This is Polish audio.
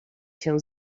się